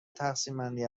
تقسیمبندی